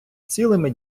цілими